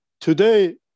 today